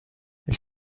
ils